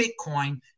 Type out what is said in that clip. Bitcoin